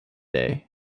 day